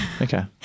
Okay